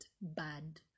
bad